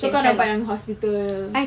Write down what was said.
so kau nampak yang hospital